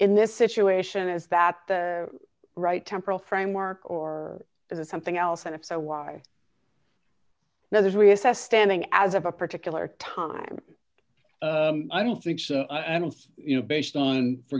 in this situation is that the right temporal framework is something else and if so why now there's reassess standing as a particular time i don't think so i don't you know based on for